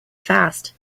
fast